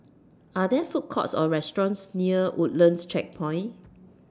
Are There Food Courts Or restaurants near Woodlands Checkpoint